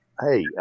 Hey